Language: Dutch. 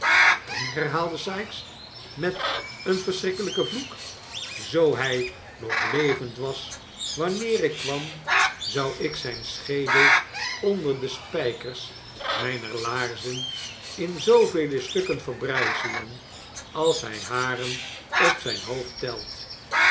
wat dan herhaalde sikes met een verschrikkelijken vloek zoo hij nog levend was wanneer ik kwam zou ik zijn schedel onder de spijkers mijner laarzen in zoovele stukken verbrijzelen als hij haren op zijn hoofd telt